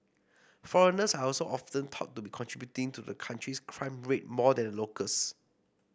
foreigners are also often thought to be contributing to the country's crime rate more than locals